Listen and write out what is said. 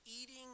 eating